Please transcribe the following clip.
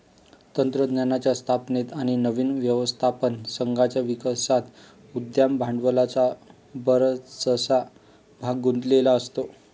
तंत्रज्ञानाच्या स्थापनेत आणि नवीन व्यवस्थापन संघाच्या विकासात उद्यम भांडवलाचा बराचसा भाग गुंतलेला असतो